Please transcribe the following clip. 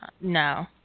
No